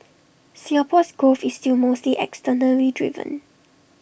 Singapore's growth is still mostly externally driven